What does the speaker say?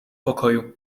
pokoju